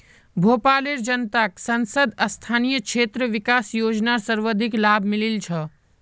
भोपालेर जनताक सांसद स्थानीय क्षेत्र विकास योजनार सर्वाधिक लाभ मिलील छ